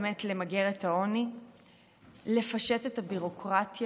באמת למגר את העוני ולפשט את הביורוקרטיה